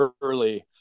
early